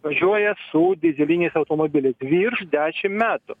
važiuoja su dyzeliniais automobiliais virš dešim metų